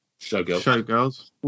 Showgirls